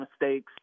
mistakes